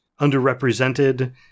underrepresented